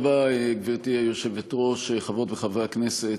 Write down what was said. גברתי היושבת-ראש, תודה רבה, חברות וחברי הכנסת,